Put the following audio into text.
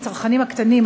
הצרכנים הקטנים,